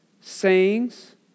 sayings